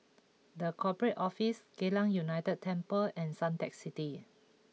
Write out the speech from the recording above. the Corporate Office Geylang United Temple and Suntec City